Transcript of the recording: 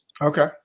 Okay